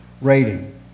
rating